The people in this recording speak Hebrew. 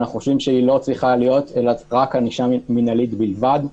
אנחנו חושבים שהיא לא צריכה להיות אלא ענישה מינהלית בלבד.